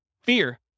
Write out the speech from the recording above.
Fear